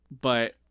but-